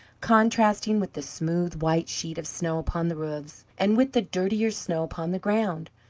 contrasting with the smooth white sheet of snow upon the roofs, and with the dirtier snow upon the ground,